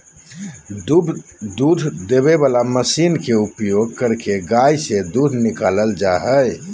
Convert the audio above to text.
दूध देबे वला मशीन के उपयोग करके गाय से दूध निकालल जा हइ